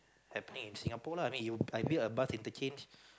happening in Singapore lah I mean you I build a bus interchange